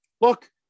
look